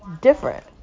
different